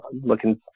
looking